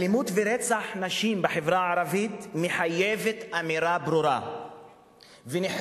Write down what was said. אלימות ורצח נשים בחברה הערבית מחייבים אמירה ברורה ונחרצת,